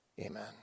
Amen